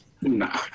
Nah